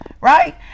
right